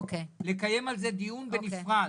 לקיים על זה דיון בנפרד.